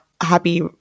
happy